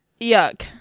Yuck